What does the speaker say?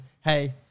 Hey